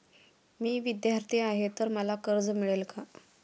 मी विद्यार्थी आहे तर मला कर्ज मिळेल का?